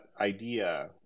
idea